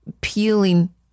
peeling